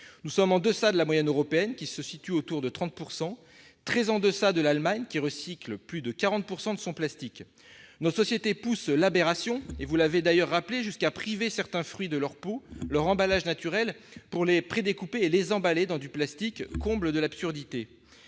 nous sommes en deçà de la moyenne européenne, qui se situe autour de 30 pourcent très en deçà de l'Allemagne qui recycle, plus de 40 pourcent de son plastique notre société poussent l'aberration et vous l'avez d'ailleurs rappelé jusqu'à priver certains fruits de leur peau, leur emballage naturel pour les prix et les emballés dans du plastique, comble de l'absurdité,